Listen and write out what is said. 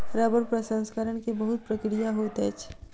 रबड़ प्रसंस्करण के बहुत प्रक्रिया होइत अछि